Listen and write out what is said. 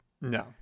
No